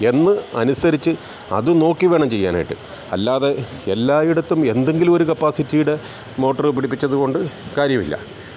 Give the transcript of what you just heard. എന്ന് അനുസരിച്ച് അത് നോക്കി വേണം ചെയ്യാനായിട്ട് അല്ലാതെ എല്ലായിടത്തും എന്തെങ്കിലുമൊരു കപ്പാസിറ്റിയുടെ മോട്ടർ പിടിപ്പിച്ചതുകൊണ്ട് കാര്യമില്ല